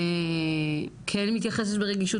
כן מתייחסת ברגישות,